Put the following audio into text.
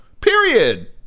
period